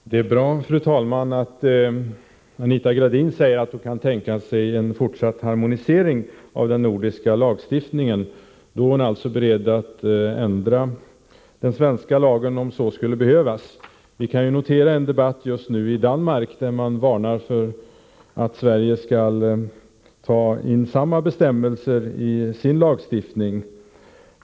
Fru talman! Det är bra att Anita Gradin säger att hon kan tänka sig en fortsatt harmonisering av den nordiska lagstiftningen. Då är hon alltså beredd att ändra den svenska lagen, om så skulle behövas. I debatten i Danmark varnar man just nu Sverige för att ta in samma bestämmelser som Danmark i sin lagstiftning.